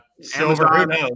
silver